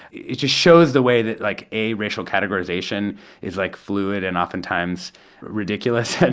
it just shows the way that, like, a racial categorization is, like, fluid and oftentimes ridiculous.